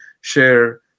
share